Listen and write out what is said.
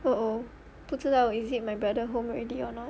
uh oh 不知道 is it my brother home already or not